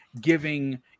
giving